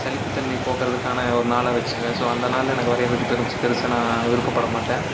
சலிப்புத்தன்மை போக்கறதுக்கான ஒரு நாளாக வச்சுக்கிவேன் ஸோ அந்த நாளில் எனக்கு வரையிரதுக்கு பெரும் பெருசாக நான் விருப்ப படமாட்டேன்